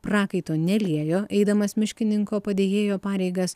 prakaito neliejo eidamas miškininko padėjėjo pareigas